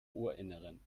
ohrinneren